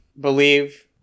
believe